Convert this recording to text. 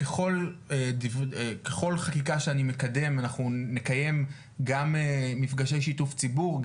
ככל חקיקה שאני מקדם אנחנו נקיים גם מפגשי שיתוף ציבור,